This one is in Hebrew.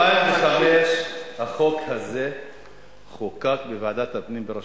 ב-2005 החוק הזה חוקק בוועדת הפנים בראשותי.